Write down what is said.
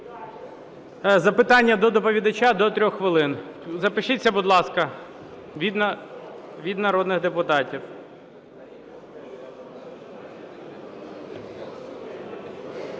запитання до доповідача – до 3 хвилин. Запишіться, будь ласка, від народних депутатів.